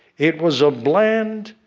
it was a bland,